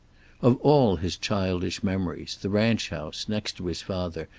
of all his childish memories the ranch house, next to his father,